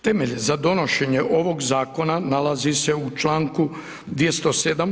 Temelje za donošenje ovog zakona nalazi se u članku 207.